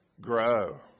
Grow